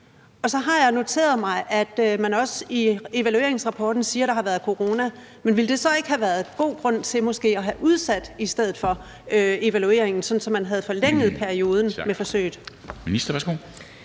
Og så har jeg noteret mig, at man også i evalueringsrapporten siger, at der har været corona. Men ville det så ikke have været en god grund til måske at have udsat evalueringen i stedet for, sådan at man havde forlænget perioden med forsøget?